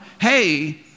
hey